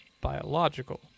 biological